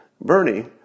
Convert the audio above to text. Bernie